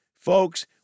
Folks